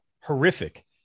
horrific